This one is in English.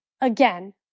Again